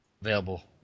available